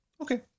Okay